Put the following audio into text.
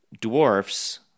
dwarfs